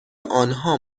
آنها